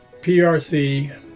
PRC